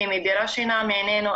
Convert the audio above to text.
היא מדירה שינה מעינינו.